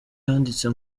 yanditse